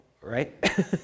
right